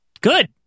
Good